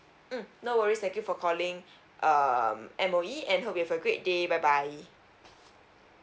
mm no worries thank you for calling um M_O_E and hope you've a great day bye bye